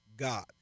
god